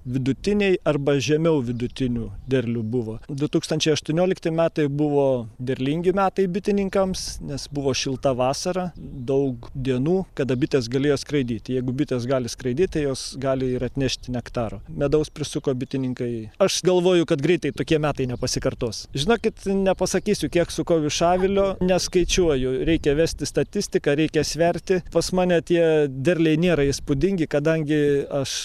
vidutiniai arba žemiau vidutinių derlių buvo du tūkstančiai aštuoniolikti metai buvo derlingi metai bitininkams nes buvo šilta vasara daug dienų kada bitės galėjo skraidyt jeigu bitės gali skraidyt tai jos gali ir atnešt nektaro medaus prisuko bitininkai aš galvoju kad greitai tokie metai nepasikartos žinokit nepasakysiu kiek sukau iš avilio neskaičiuoju reikia vesti statistiką reikia sverti pas mane tie derliai nėra įspūdingi kadangi aš